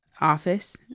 office